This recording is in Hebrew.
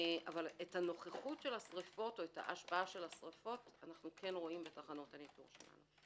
אבל את הנוכחות של השריפות או השפעתן אנו כן רואים בתחנות הניטור שלנו.